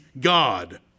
God